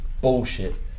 bullshit